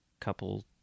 couple